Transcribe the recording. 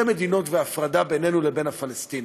מדינות והפרדה בינינו לבין הפלסטינים.